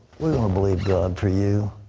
we're going to believe for you.